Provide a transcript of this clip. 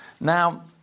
Now